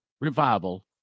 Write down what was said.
Revival